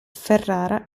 ferrara